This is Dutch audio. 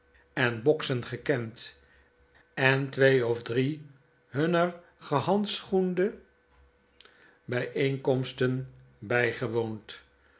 en boksen gekend en twee of drie hunner gehandschoende bfleenkomsten bftgewoond